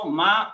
ma